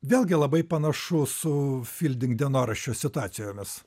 vėlgi labai panašus su filding dienoraščio situacijomis